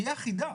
תהיה אחידה.